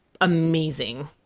amazing